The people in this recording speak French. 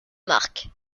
marque